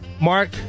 Mark